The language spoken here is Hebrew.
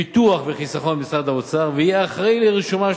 ביטוח וחיסכון במשרד האוצר ויהיה אחראי לרישומם של